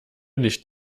nicht